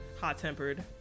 hot-tempered